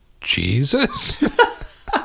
Jesus